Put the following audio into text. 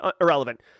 irrelevant